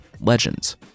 LEGENDS